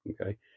okay